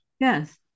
Yes